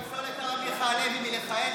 לפסול את הרב מיכה הלוי מלכהן,